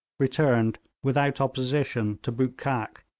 returned without opposition to bootkhak,